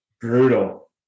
Brutal